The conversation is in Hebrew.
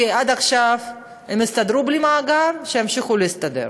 כי עד עכשיו הם הסתדרו בלי מאגר, שימשיכו להסתדר,